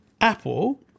Apple